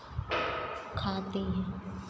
खाते हैं